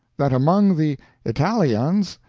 that among the italyans,